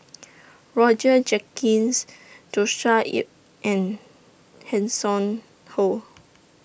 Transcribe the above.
Roger Jenkins Joshua Ip and Hanson Ho